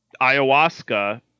ayahuasca